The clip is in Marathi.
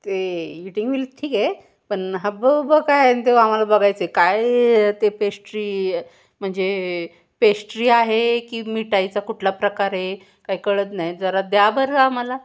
ते इटिंग विल ठीक आहे पण हबाबबा काय तो आम्हाला बघायचं आहे काय ते पेश्ट्री म्हणजे पेश्ट्री आहे की मिठाईचा कुठला प्रकार आहे काय कळत नाही जरा द्या बरं आम्हाला